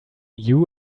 you